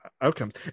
outcomes